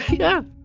yeah